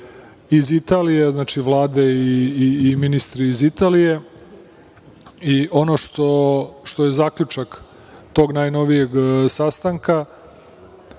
iz Italije, znači, Vlade i ministri iz Italije, i ono što je zaključak tog najnovijeg sastanka